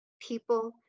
people